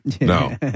No